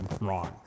wrong